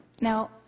Now